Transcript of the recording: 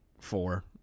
four